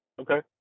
Okay